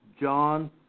John